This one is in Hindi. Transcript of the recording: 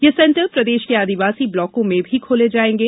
ये सेंटर प्रदेश के आदिवासी ब्लाकों में भी खोले जाएंगे